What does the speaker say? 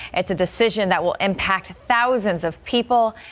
it's a decision that will impact thousands of people.